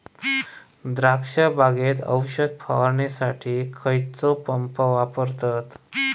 द्राक्ष बागेत औषध फवारणीसाठी खैयचो पंप वापरतत?